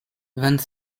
vingt